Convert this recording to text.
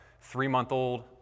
three-month-old